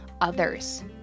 others